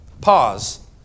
pause